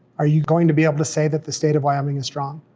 are you going to be able to say that the state of wyoming is strong?